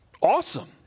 awesome